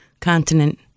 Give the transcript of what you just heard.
continent